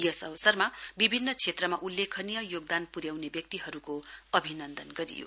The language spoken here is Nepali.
यस अवसरमा विभिन्न क्षेत्रमा उल्लेखनीय योगदान पुन्याउने व्यक्तिहरूको अभिनन्दन गरियो